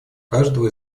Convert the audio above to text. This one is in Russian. каждого